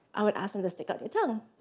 i would ask them to stick out their tongues